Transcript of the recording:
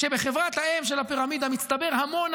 שבחברת האם של הפירמידה מצטבר המון,